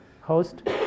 host